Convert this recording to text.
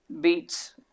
beets